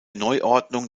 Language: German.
neuordnung